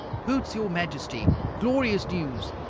hoots, your majesty! glorious news!